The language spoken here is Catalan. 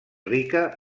rica